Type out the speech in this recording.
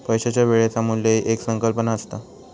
पैशाच्या वेळेचा मू्ल्य ही एक संकल्पना असता